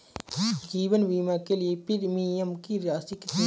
जीवन बीमा के लिए प्रीमियम की राशि कितनी है?